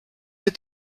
êtes